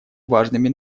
важными